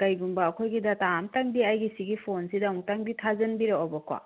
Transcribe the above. ꯀꯔꯤꯒꯨꯝꯕ ꯑꯩꯈꯣꯏꯒꯤ ꯗꯇꯥ ꯑꯃꯇꯪꯗꯤ ꯑꯩꯒꯤ ꯁꯤꯒꯤ ꯐꯣꯟꯁꯤꯗ ꯑꯃꯛꯇꯪꯗꯤ ꯊꯥꯖꯟꯕꯤꯔꯛꯑꯣꯕꯀꯣ